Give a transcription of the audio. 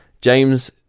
james